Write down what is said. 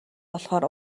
болохоор